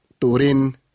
turin